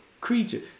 creature